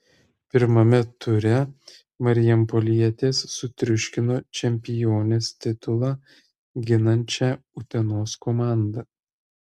pirmame ture marijampolietės sutriuškino čempionės titulą ginančią utenos komandą